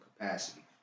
capacity